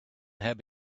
had